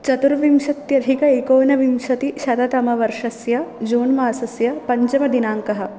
चतुर्विंशत्यधिक एकोनविंशतिशततमवर्षस्य जून् मासस्य पञ्चमदिनाङ्कः